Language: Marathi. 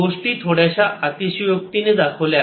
गोष्टी थोड्याशा अतिशयोक्तीने दाखवल्या आहेत